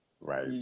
right